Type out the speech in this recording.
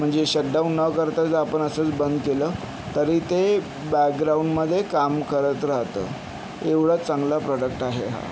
म्हणजे shut down न करता जर आपण असंच बंद केलं तरी ते बॅकग्राऊंडमध्ये काम करतं राहतं एवढा चांगला प्रॉडक्ट आहे हा